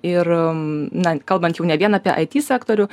ir na kalbant jau ne vien apie it sektorių